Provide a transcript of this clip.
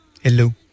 Hello